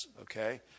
okay